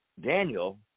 Daniel